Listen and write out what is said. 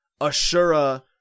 Ashura